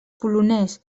polonès